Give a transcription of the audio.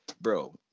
bro